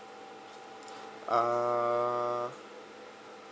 uh